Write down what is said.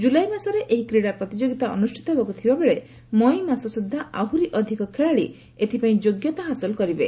ଜୁଲାଇ ମାସରେ ଏହି କ୍ରୀଡ଼ା ପ୍ରତିଯୋଗୀତା ଅନ୍ଦ୍ରଷ୍ଠିତ ହେବାକୃ ଥିବା ବେଳେ ମଇ ମାସ ସୁଦ୍ଧା ଆହୁରି ଅଧିକ ଖେଳାଳି ଏଥିପାଇଁ ଯୋଗ୍ୟତା ହାସଲ କରିବେ